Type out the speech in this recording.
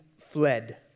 fled